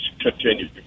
continue